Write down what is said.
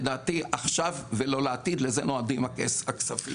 לדעתי עכשיו ולא לעתיד, לזה נועדים הכספים.